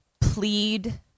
plead